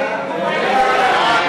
נמנעים,